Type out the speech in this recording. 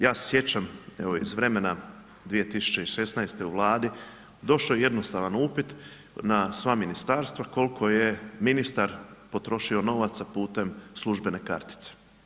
Ja se sjećam evo iz vremena 2016. u Vladi, došao je jednostavan upit na sva ministarstva koliko je ministar potrošio novaca putem službene kartice.